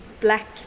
black